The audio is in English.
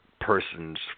persons